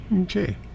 Okay